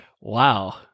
Wow